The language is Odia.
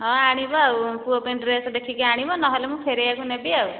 ହଁ ଆଣିବ ଆଉ ପୁଅ ପାଇଁ ଡ଼୍ରେସ୍ ଦେଖିକି ଆଣିବ ନ ହେଲେ ମୁଁ ଫେରେଇବାକୁ ନେବି ଆଉ